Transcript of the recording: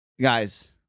Guys